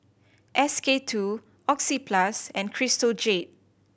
S K Two Oxyplus and Crystal Jade